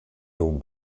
dom